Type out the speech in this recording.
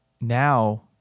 now